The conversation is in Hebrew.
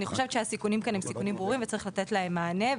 אני חושבת שהסיכונים כאן הם סיכונים ברורים ושצריך לתת להם מענה.